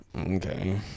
Okay